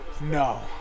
No